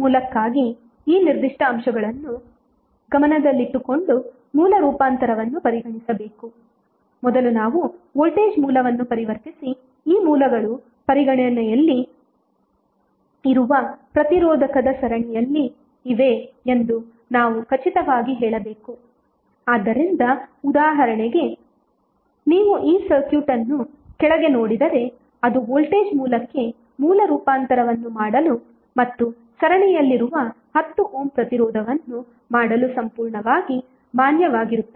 ಮೂಲಕ್ಕಾಗಿ ಈ ನಿರ್ದಿಷ್ಟ ಅಂಶಗಳನ್ನು ಗಮನದಲ್ಲಿಟ್ಟುಕೊಂಡು ಮೂಲ ರೂಪಾಂತರವನ್ನು ಪರಿಗಣಿಸಬೇಕು ಮೊದಲು ನಾವು ವೋಲ್ಟೇಜ್ ಮೂಲವನ್ನು ಪರಿವರ್ತಿಸಿ ಈ ಮೂಲಗಳು ಪರಿಗಣನೆಯಲ್ಲಿರುವ ಪ್ರತಿರೋಧಕದ ಸರಣಿಯಲ್ಲಿವೆ ಎಂದು ನಾವು ಖಚಿತವಾಗಿ ಹೇಳಬೇಕು ಆದ್ದರಿಂದ ಉದಾಹರಣೆಗೆ ನೀವು ಈ ಸರ್ಕ್ಯೂಟ್ ಅನ್ನು ಕೆಳಗೆ ನೋಡಿದರೆ ಅದು ವೋಲ್ಟೇಜ್ ಮೂಲಕ್ಕೆ ಮೂಲ ರೂಪಾಂತರವನ್ನು ಮಾಡಲು ಮತ್ತು ಸರಣಿಯಲ್ಲಿರುವ 10 ಓಮ್ ಪ್ರತಿರೋಧವನ್ನು ಮಾಡಲು ಸಂಪೂರ್ಣವಾಗಿ ಮಾನ್ಯವಾಗಿರುತ್ತದೆ